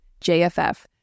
JFF